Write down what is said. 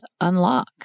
unlock